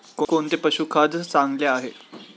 कोणते पशुखाद्य चांगले आहे?